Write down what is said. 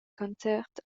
concert